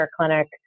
clinic